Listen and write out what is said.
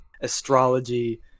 astrology